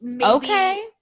okay